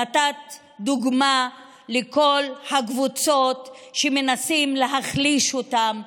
נתת דוגמה לכל הקבוצות שמנסים להחליש אותן,